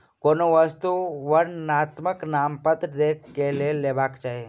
कोनो वस्तु वर्णनात्मक नामपत्र देख के लेबाक चाही